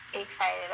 excited